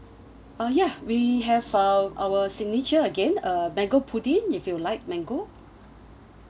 uh ya we have found our signature again a mango pudding you feel like mango